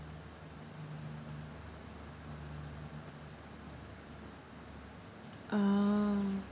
ah